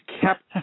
kept